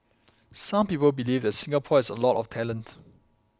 some people believe that Singapore has a lot of talent